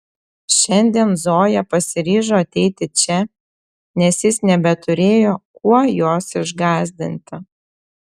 šiandien zoja pasiryžo ateiti čia nes jis nebeturėjo kuo jos išgąsdinti